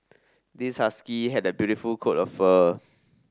this husky has a beautiful coat of fur